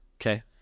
Okay